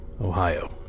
Ohio